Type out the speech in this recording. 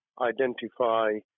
identify